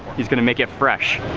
he's gonna make it fresh.